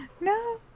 No